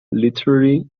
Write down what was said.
literary